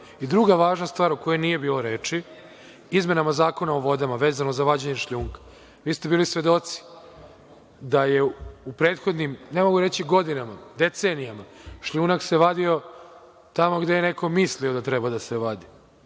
važna stvar, o kojoj nije bilo reči, izmenama Zakona o vodama, vezano za vađenje šljunka. Vi ste bili svedoci da je u prethodnim, ne mogu reći godinama, decenijama šljunak se vadio tamo gde je neko mislio da treba da se vadi.